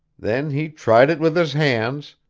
then he tried it with his hands,